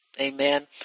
Amen